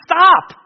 Stop